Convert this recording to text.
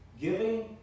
giving